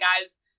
guys